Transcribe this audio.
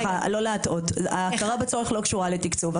לא להטעות, הכרה בצורך לא קשורה בתקצוב.